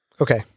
Okay